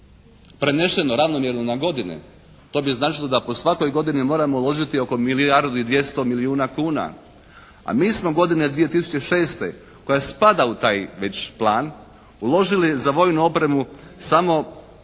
Prenešeno ravnomjerno na godine, to bi značilo da po svakoj godini moramo uložiti oko milijardu i 200 milijuna kuna, a mi smo godine 2006. koja spada u taj već plan, uložili za vojnu opremu samo